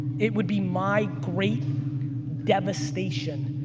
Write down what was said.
it would be my great devastation,